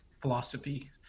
philosophy